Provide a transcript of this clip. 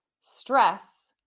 stress